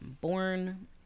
born